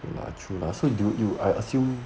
拿出了 so do you assume